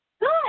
Good